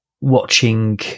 watching